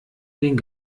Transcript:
den